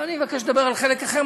אבל אני מבקש לדבר על חלק אחר,